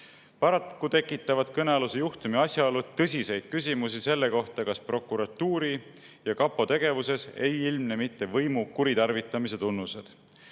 Paraku tekitavad kõnealuse juhtumi asjaolud tõsiseid küsimusi selle kohta, kas prokuratuuri ja kapo tegevuses ei ilmne mitte võimu kuritarvitamise tunnuseid.